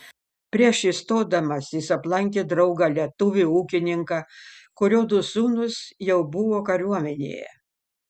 prieš įstodamas jis aplankė draugą lietuvį ūkininką kurio du sūnūs jau buvo kariuomenėje